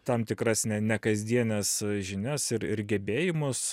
tam tikras ne ne kasdienes žinias ir ir gebėjimus